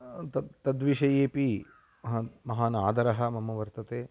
तद् तद्विषयेपि महान् महान् आदरः मम वर्तते